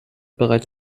bereits